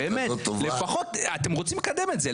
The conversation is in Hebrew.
אתם רוצים לקדם את זה,